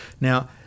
Now